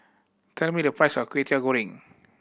tell me the price of Kway Teow Goreng